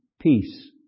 Peace